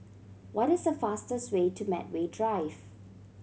what is the fastest way to Medway Drive